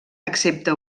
excepte